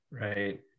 Right